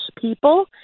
people